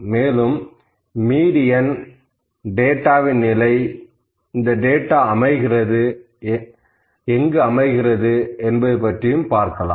மேலும் மீடியன் டேட்டாவின் நிலை இந்த டேட்டா எங்கு அமைகிறது என்பது பற்றியும் பார்க்கலாம்